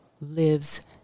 lives